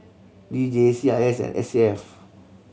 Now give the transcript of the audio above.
D J C I S and S A F